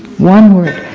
one word.